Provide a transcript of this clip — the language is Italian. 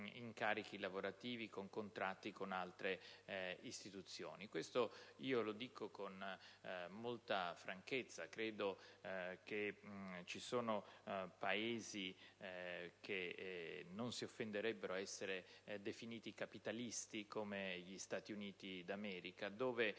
incarichi lavorativi con contratti con altre istituzioni. Questo, lo dico con molta franchezza. Credo che vi siano Paesi che non si offenderebbero ad essere definiti capitalisti, come gli Stati Uniti d'America, dove